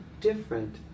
different